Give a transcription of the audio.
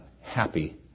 happy